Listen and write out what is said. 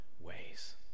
ways